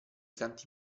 canti